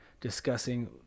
discussing